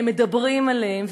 מדברים עליהן,